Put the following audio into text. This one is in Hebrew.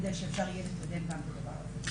כדי שאפשר יהיה לקדם גם בחברה הדתית.